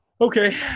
Okay